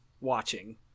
watching